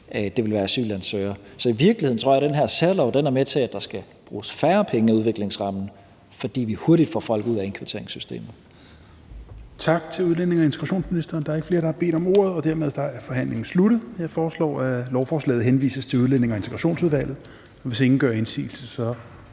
det var asylansøgere. Så i virkeligheden tror jeg, at den her særlov er med til, at der skal bruges færre penge af udviklingsrammen, fordi vi hurtigt får folk ud af indkvarteringssystemet.